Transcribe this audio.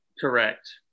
correct